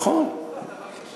עבר זמן ואתה מגיש את זה.